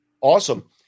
Awesome